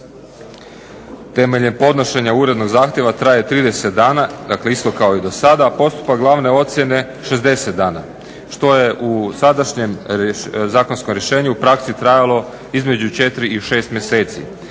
temeljem podnošenja urednog zahtjeva traje 30 dana dakle isto kao i do sada. Postupak glavne ocijene 60 dana što je u sadašnjem zakonskom rješenju u praksi trajalo između 4 i 6 mjeseci